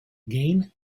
gain